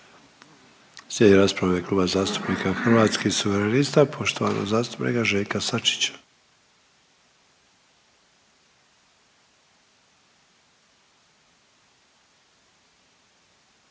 Slijedi rasprava u ime Kluba zastupnika Hrvatskih suverenista poštovanog zastupnika Željka Sačića.